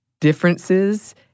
differences